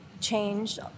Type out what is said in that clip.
change